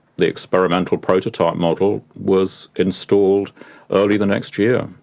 the experimental prototype model, was installed early the next year.